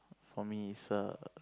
for me it's a